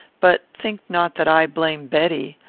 but think not that i blame betty.